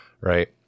right